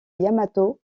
yamato